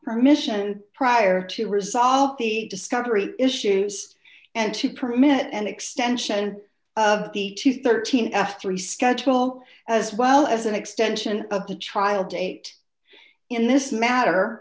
permission prior to result the discovery issues and to permit an extension of the thirteen f three schedule as well as an extension of the trial date in this matter